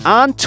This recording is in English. on